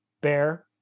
bear